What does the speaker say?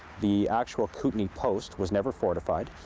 the actual kootenay post was never fortified.